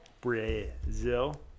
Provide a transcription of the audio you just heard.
Brazil